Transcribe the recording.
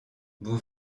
vous